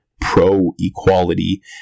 pro-equality